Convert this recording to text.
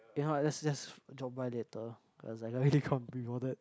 ya let's let's drop by later as I really can't be bothered